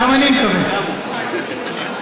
גם אני, גם אני מקווה.